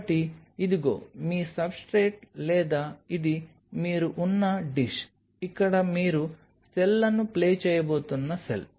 కాబట్టి ఇదిగో మీ సబ్స్ట్రేట్ లేదా ఇది మీరు ఉన్న డిష్ ఇక్కడ మీరు సెల్లను ప్లే చేయబోతున్న సెల్